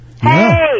Hey